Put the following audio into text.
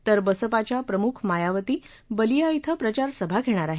तर बसपाच्या प्रमुख मायावती बालिया धिं प्रचार सभा घेणार आहेत